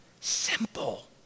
simple